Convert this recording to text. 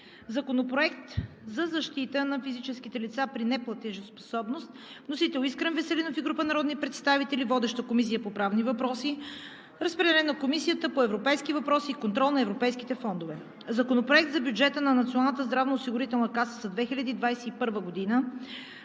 Законопроект за защита на физическите лица при неплатежоспособност. Вносител – Искрен Веселинов и група народни представители. Водеща е Комисията по правни въпроси. Разпределен е и на Комисията по европейските въпроси и контрол на европейските фондове. Законопроект за бюджета на Националната